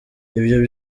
ibyo